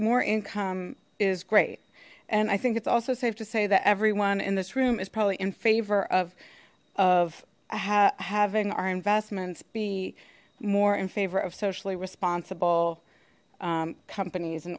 more income is great and i think it's also safe to say that everyone in this room is probably in favor of of having our investments be more in favor of socially responsible companies and